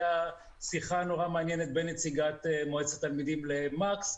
השיחה המעניינת בין נציגת מועצת התלמידים למקס,